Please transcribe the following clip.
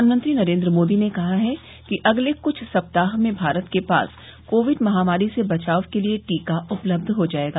प्रधानमंत्री नरेन्द्र मोदी ने कहा है कि अगले कुछ सप्ताह में भारत के पास कोविड माहामारी से बचाव के लिए टीका उपलब्ध हो जायेगा